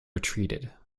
retreated